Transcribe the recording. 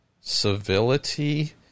civility